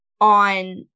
on